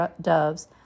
doves